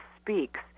Speaks